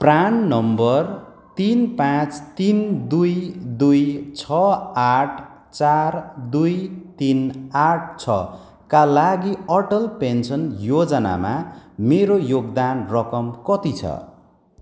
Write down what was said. PRAN number तिन पाँच तिन दुई दुई छ आठ चार दुई तिन आठ छका लागि अटल पेन्सन योजनामा मेरो योगदान रकम कति छ